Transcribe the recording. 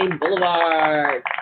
Boulevard